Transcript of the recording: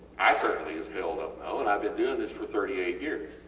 i certainly as hell dont know and ive been doing this for thirty eight years.